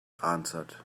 answered